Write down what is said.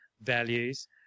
values